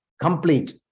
complete